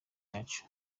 yacu